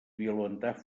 violentar